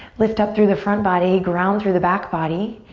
lift up through the front body, ground through the back body,